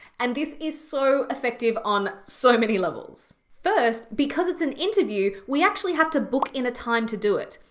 and this is so effective on so many levels. first, because it's an interview, we actually have to book in a time to do it.